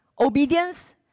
Obedience